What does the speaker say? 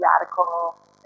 radical